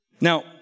Now